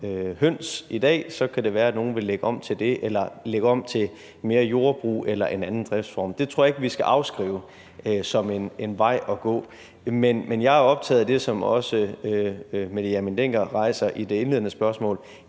høns i dag, kan det være, at nogen vil lægge om til det eller lægge om til mere jordbrug eller en anden driftsform. Det tror jeg ikke vi skal afskrive som en vej at gå. Men jeg er optaget af det, som også Mette Hjermind Dencker rejser i det indledende spørgsmål,